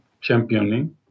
championing